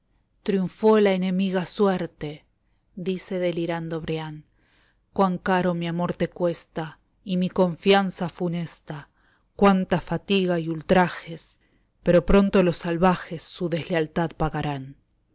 triunfó la enemiga suerte dice delirando brian cuan caro mi amor te cuesta y mi confianza funesta cuánta fatiga y ultrajes pero pronto los salvajes su deslealtad pagarán